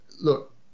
look